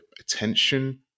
attention